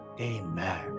Amen